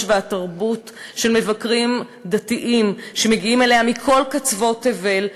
והתרבות של מבקרים דתיים שמגיעים אליה מכל קצוות תבל,